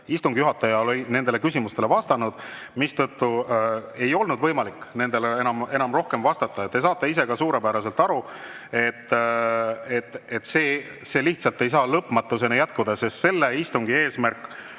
Istungi juhataja oli nendele küsimustele vastanud, mistõttu ei olnud võimalik nendele rohkem vastata. Te saate ka ise suurepäraselt aru, et see lihtsalt ei saa lõpmatuseni jätkuda, sest selle istungi eesmärk